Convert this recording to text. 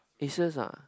Acers ah